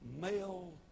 male